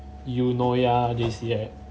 eunoia J_C right